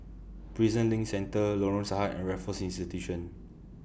Prison LINK Centre Lorong Sahad and Raffles Institution